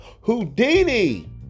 Houdini